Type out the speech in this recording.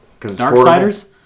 Darksiders